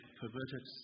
perverted